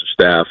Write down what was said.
staff